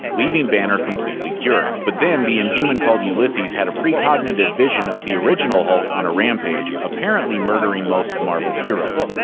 leaving banner completely cured. but then, thwatche inhuman called ulysses, had a precognitive vision of the original hulk on a rampage, apparently murdering most of marvel's heroes.